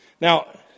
Now